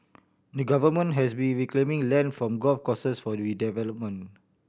the Government has been reclaiming land from golf courses for redevelopment